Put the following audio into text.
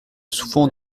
souvent